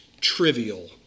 trivial